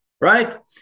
right